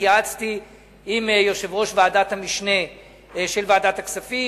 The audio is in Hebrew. אני התייעצתי עם יושב-ראש ועדת המשנה של ועדת הכספים,